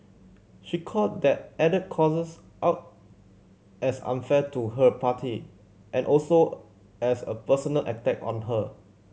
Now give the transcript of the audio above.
she called that added clauses out as unfair to her party and also as a personal attack on her